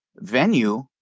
venue